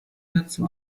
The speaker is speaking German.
dazu